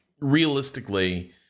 realistically